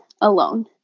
alone